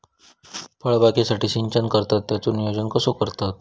फळबागेसाठी सिंचन करतत त्याचो नियोजन कसो करतत?